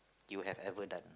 you have ever done